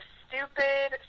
stupid